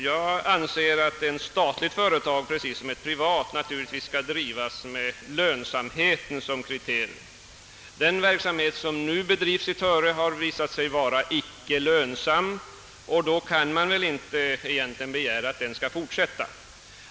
Jag anser att ett statligt företag precis som ett privat naturligtvis skall ha lönsamheten som kriterium. Den verksamhet som nu bedrives i Töre har visat sig vara icke lönsam, och då kan man väl inte begära att den skall fortsätta.